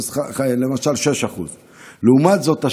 למשל 6%. לעומת זאת,